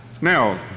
Now